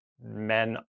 men